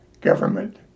government